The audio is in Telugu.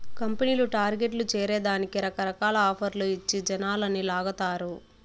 కంపెనీలు టార్గెట్లు చేరే దానికి రకరకాల ఆఫర్లు ఇచ్చి జనాలని లాగతారు